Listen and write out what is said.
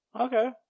Okay